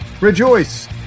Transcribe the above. Rejoice